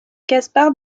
gaspar